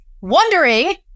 wondering